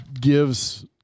gives